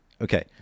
Okay